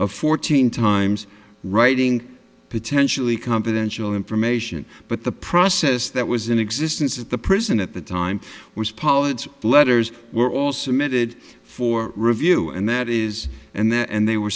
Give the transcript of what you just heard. of fourteen times writing potentially confidential information but the process that was in existence at the prison at the time was pollard's letters were all submitted for review and that is and then and they were